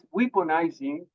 weaponizing